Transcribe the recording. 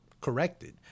corrected